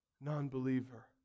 Non-believer